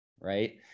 right